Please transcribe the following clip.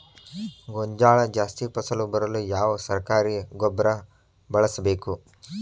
ಗೋಂಜಾಳ ಜಾಸ್ತಿ ಫಸಲು ಬರಲು ಯಾವ ಸರಕಾರಿ ಗೊಬ್ಬರ ಬಳಸಬೇಕು?